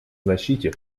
защите